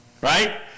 right